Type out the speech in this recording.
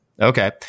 okay